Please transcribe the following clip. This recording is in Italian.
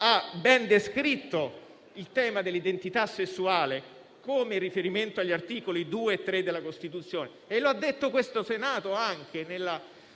ha ben descritto il tema dell'identità sessuale in riferimento agli articoli 2 e 3 della Costituzione. Lo ha anche detto questo Senato in